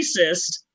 racist